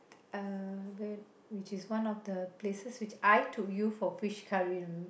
uh which which is one of the places which I took you for fish curry